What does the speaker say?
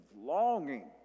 longing